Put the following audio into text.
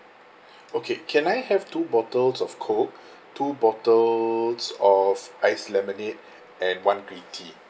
okay can I have two bottles of coke two bottles of iced lemonade and one green tea